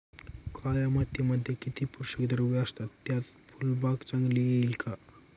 काळ्या मातीमध्ये किती पोषक द्रव्ये असतात, त्यात फुलबाग चांगली येईल का?